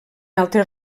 altres